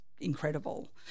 incredible